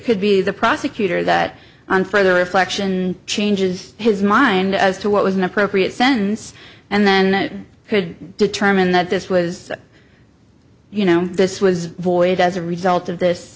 could be the prosecutor that on further reflection changes his mind as to what was an appropriate sentence and then could determine that this was you know this was void as a result of this